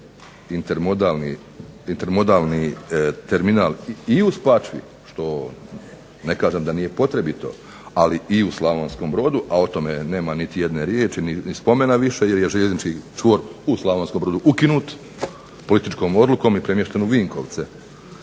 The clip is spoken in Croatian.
intermodalni terminal i u Spačvi što ne kažem da nije potrebito, ali i u Slavonskom Brodu a o tome nema niti jedne riječi ni spomena više, jer je željeznički čvor u Slavonskom Brodu ukinut političkom odlukom i premješten u Vinkovce.